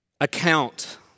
account